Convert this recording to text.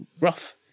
rough